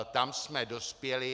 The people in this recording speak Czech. Tam jsme dospěli.